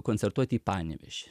koncertuot į panevėžį